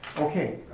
okay,